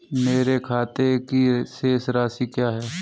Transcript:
मेरे खाते की शेष राशि क्या है?